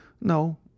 No